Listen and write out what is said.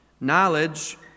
Knowledge